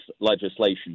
legislation